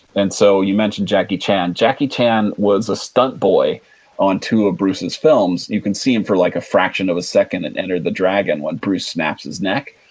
and so, you mentioned jackie chan. jackie chan was a stunt boy on two of bruce's films. you can see him for like a fraction of a second in enter the dragon when bruce snaps his neck.